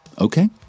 Okay